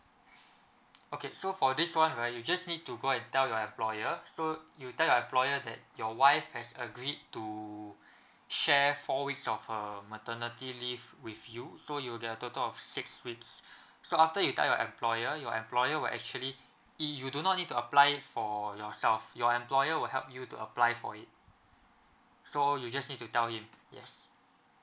okay so for this [one] right you just need to go and tell your employer so you tell your employer that your wife has agreed to share four weeks of her maternity leave with you so you have total of six weeks so after you tell your employer your employer will actually e~ you do not need to apply it for yourself your employer will help you to apply for it so you just need to tell him yes